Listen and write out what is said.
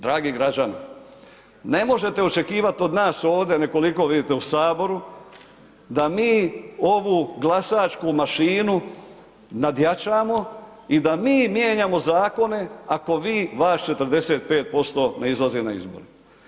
Dragi građani, ne možete očekivati od nas ovdje, ne koliko vidite u Saboru, da mi ovu glasačku mašinu nadjačamo i da mi mijenjamo zakone, ako vi, vas 45% ne izlazi na izbore.